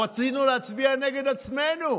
או: רצינו להצביע נגד עצמנו.